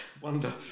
wonder